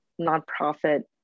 nonprofit